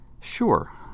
Sure